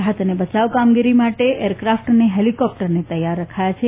રાહત અને બચાવ કામગીરી માટે એરક્રાફ્ટ અને હેલિકોપ્ટરને તૈયાર રખાયા છે